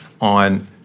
on